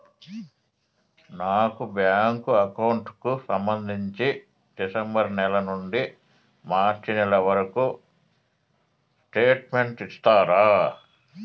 నా bank account కు సంబంధించి డిసెంబరు నెల నుండి మార్చి నెలవరకు స్టేట్మెంట్ ఇస్తారా?